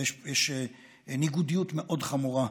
ויש ניגודיות מאוד חמורה,